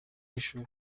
w’ishuri